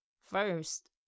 First